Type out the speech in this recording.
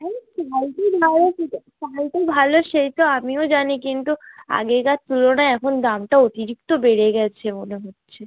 চাল তো ভালো সে তো আমিও জানি কিন্তু আগেকার তুলনায় এখন দামটা অতিরিক্ত বেড়ে গেছে মনে হচ্ছে